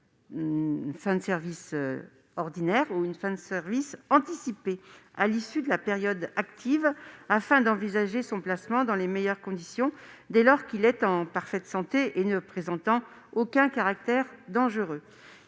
une fin de service ordinaire ou une fin de service anticipée, à l'issue de la période active, afin d'envisager son placement dans les meilleures conditions, dès lors qu'il est en parfaite santé et ne présente aucun caractère dangereux.